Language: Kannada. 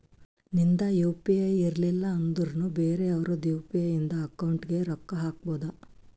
ನಿಂದ್ ಯು ಪಿ ಐ ಇರ್ಲಿಲ್ಲ ಅಂದುರ್ನು ಬೇರೆ ಅವ್ರದ್ ಯು.ಪಿ.ಐ ಇಂದ ಅಕೌಂಟ್ಗ್ ರೊಕ್ಕಾ ಹಾಕ್ಬೋದು